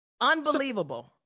unbelievable